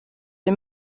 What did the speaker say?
see